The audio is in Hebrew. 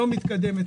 לא מתקדמת,